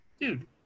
dude